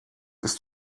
ist